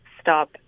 stop